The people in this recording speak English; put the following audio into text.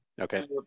Okay